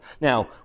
Now